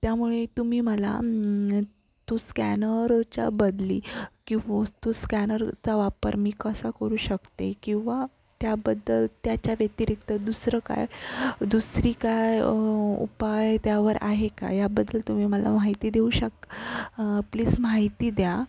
त्यामुळे तुम्ही मला तो स्कॅनरच्या बदली किंव तो स्कॅनरचा वापर मी कसा करू शकते किंवा त्याबद्दल त्याच्या व्यतिरिक्त दुसरं काय दुसरी काय उपाय त्यावर आहे का याबद्दल तुम्ही मला माहिती देऊ शक प्लीज माहिती द्या